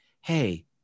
hey